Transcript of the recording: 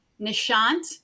Nishant